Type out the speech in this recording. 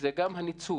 זה גם הניצול,